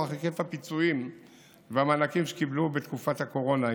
היקף הפיצויים והמענקים שקיבלו בתקופת הקורונה.